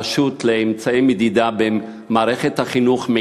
הרשות לאמצעי מדידה במערכת החינוך,